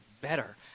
better